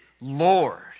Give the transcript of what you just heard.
Lord